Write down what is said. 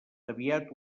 aviat